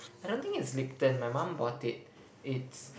I don't think it's Lipton my mum bought it it's